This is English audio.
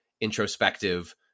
introspective